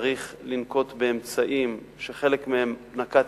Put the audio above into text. צריך לנקוט אמצעים שחלק מהם נקטתי,